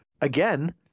again